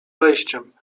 wejściem